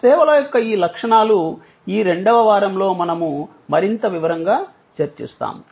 సేవల యొక్క ఈ లక్షణాలు ఈ రెండవ వారంలో మనము మరింత వివరంగా చర్చిస్తాము